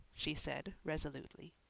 she said resolutely.